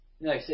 No